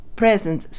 present